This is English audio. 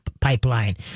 pipeline